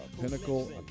Pinnacle